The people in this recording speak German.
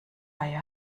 reihe